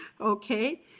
okay